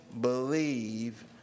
believe